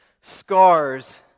Scars